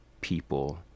people